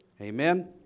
Amen